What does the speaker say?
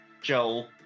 Joel